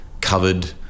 covered